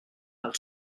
del